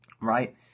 right